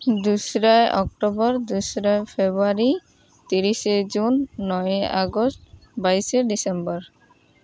ᱫᱳᱥᱨᱟᱭ October ᱫᱚᱥᱨᱟ February ᱛᱤᱨᱤᱥᱮ June ᱱᱚᱭᱮ ᱟᱜᱚᱥᱴ ᱵᱟᱭᱤᱥᱮ ᱰᱤᱥᱮᱢᱵᱚᱨ